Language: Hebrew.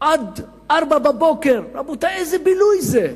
עד 04:00. רבותי, איזה בילוי זה?